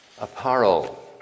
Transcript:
apparel